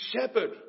shepherd